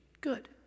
good